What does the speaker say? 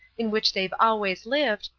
in which they've always lived,